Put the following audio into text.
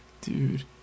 Dude